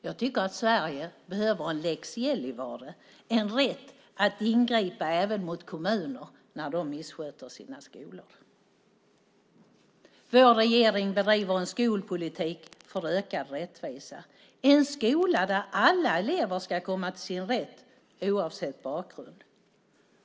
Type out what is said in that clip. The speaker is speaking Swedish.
Jag tycker att Sverige behöver en lex Gällivare, en rätt att ingripa även mot kommuner när de missköter sina skolor. Vår regering bedriver en skolpolitik för ökad rättvisa, en skola där alla elever ska komma till sin rätt, oavsett bakgrund.